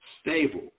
stable